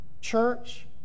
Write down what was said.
Church